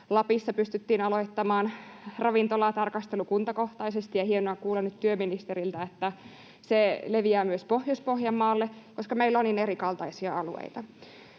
Lapissa pystyttiin aloittamaan ravintolatarkastelu kuntakohtaisesti, ja on hienoa kuulla nyt työministeriltä, että se leviää myös Pohjois-Pohjanmaalle, koska meillä on niin erikaltaisia alueita.